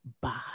bye